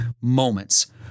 moments